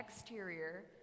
exterior